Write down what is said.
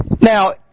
Now